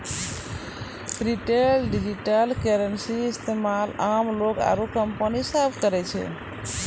retail digital currency के इस्तेमाल आम लोग आरू कंपनी सब करै छै